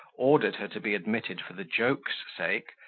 ordered her to be admitted for the joke's sake,